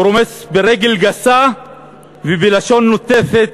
הוא רומס ברגל גסה ובלשון נוטפת